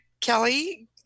Kelly